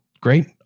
great